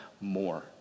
more